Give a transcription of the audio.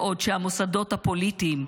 בעוד המוסדות הפוליטיים,